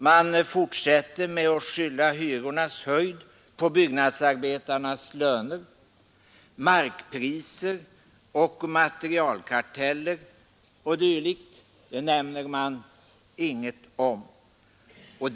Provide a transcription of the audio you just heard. Man fortsätter att skylla hyrornas höjd på byggnadsarbetarnas löner. Markpriser, materialkarteller o.d. nämner man ingenting om.